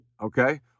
Okay